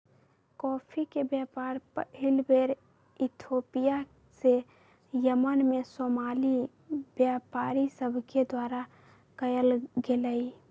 coffee के व्यापार पहिल बेर इथोपिया से यमन में सोमाली व्यापारि सभके द्वारा कयल गेलइ